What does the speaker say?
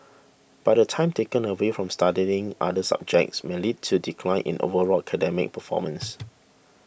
by the time taken away from studying other subjects may lead to decline in overall academic performance